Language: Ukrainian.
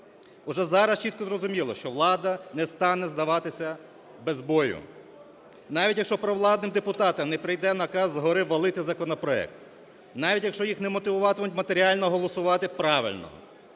Отже, зараз чітко зрозуміло, що влада не стане здаватися без бою. Навіть, якщо провладним депутатам не прийде наказ згори валити законопроект, навіть, якщо їх не мотивуватимуть матеріально голосувати правильно,